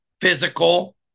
physical